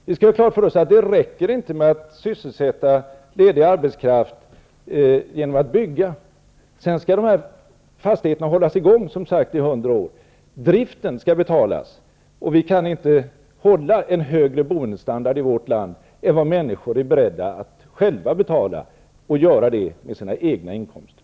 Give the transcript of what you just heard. Vi skall ha klart för oss att det inte räcker med att sysselsätta ledig arbetskraft genom att bygga. Sedan skall fastigheterna hållas i gång, som sagt, i hundra år. Driften skall betalas, och vi kan inte hålla en högre boendestandard i vårt land än vad människor är beredda att själva betala och göra det med sina egna inkomster.